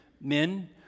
men